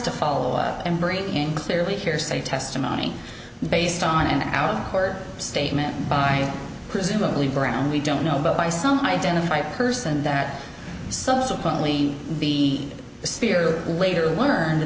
to follow and bring in clearly hearsay testimony based on an out of court statement by presumably brown we don't know but by some identify a person that subsequently the spirit later learned